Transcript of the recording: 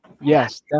yes